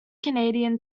canadian